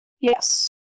Yes